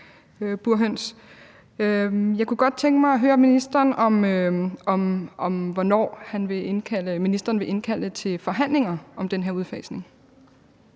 Jeg kunne godt tænke mig at høre ministeren om, hvornår ministeren vil indkalde til forhandlinger om den her udfasning.